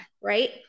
Right